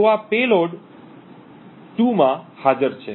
તો આ પેલોડ 2 માં હાજર છે